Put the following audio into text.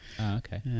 okay